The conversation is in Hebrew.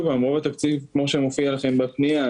כמו שמופיע אצלכם בפנייה,